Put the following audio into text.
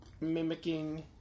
mimicking